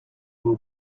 will